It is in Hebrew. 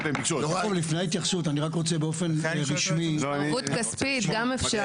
אפשר גם ערבות כספית.